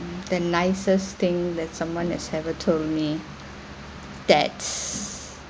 the nicest thing that someone has ever told me that's